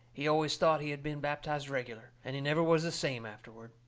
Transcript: he always thought he had been baptized reg'lar. and he never was the same afterward.